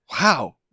Wow